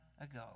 ago